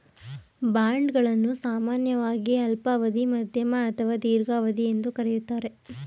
bond ಗಳನ್ನು ಸಾಮಾನ್ಯವಾಗಿ ಅಲ್ಪಾವಧಿ, ಮಧ್ಯಮ ಅಥವಾ ದೀರ್ಘಾವಧಿ ಎಂದು ಕರೆಯುತ್ತಾರೆ